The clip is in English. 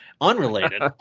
unrelated